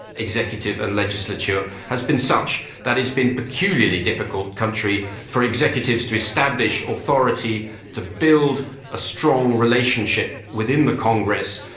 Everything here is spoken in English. executive and legislature, has been such that it's been a peculiarly difficult country for executives to establish authority to build a strong relationship within the congress.